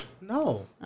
No